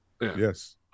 yes